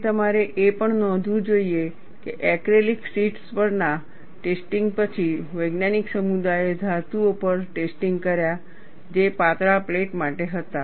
અને તમારે એ પણ નોંધવું જોઈએ કે એક્રેલિક શીટ્સ પરના ટેસ્ટિંગ પછી વૈજ્ઞાનિક સમુદાયે ધાતુઓ પર ટેસ્ટિંગ કર્યા જે પાતળા પ્લેટો માટે હતા